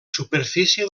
superfície